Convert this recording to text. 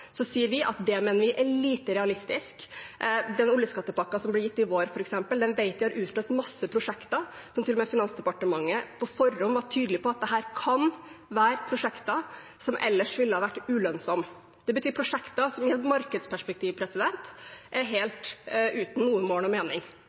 så sier vi at det mener vi er lite realistisk. Den oljeskattepakken som ble gitt i vår, f.eks., vet vi har utløst mange prosjekter – som til og med Finansdepartementet på forhånd var tydelig på at kan være prosjekter som ellers ville vært ulønnsomme. Det betyr prosjekter som i et markedsperspektiv er helt uten mål og mening. Det er